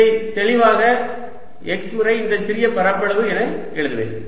இதை தெளிவாக x முறை இந்த சிறிய பரப்பளவு என எழுதுவேன்